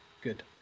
Good